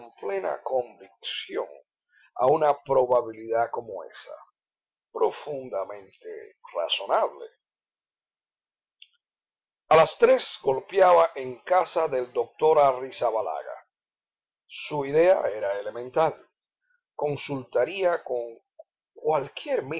plena convicción a una probabilidad como esa profundamente razonable a las tres golpeaba en casa del doctor arrizabalaga su idea era elemental consultaría con cualquier